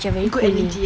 good energy eh